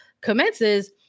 commences